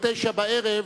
ב-21:00,